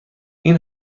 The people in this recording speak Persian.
این